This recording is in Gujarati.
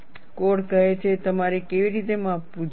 કોડ કહે છે તમારે કેવી રીતે માપવું જોઈએ